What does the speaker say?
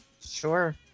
Sure